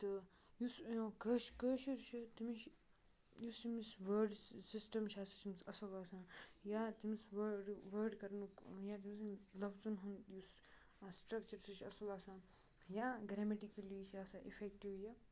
تہٕ یُس کٲشُر چھُ تٔمِس چھِ یُس أمِس وٲڈٕز سِسٹَم چھِ آسان سُہ چھِ أمَس اَصٕل آسان یا تٔمِس وٲڈٕ وٲڈ کَرنُک یا تٔمۍ سٕنٛدۍ لفظن ہُنٛد یُس سٹرٛکچَر چھِ سُہ چھِ اَصٕل آسان یا گرٛیمٹِکٔلی یہِ چھِ آسان اِفٮ۪کٹِو یہِ